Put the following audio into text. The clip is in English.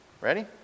Ready